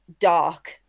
dark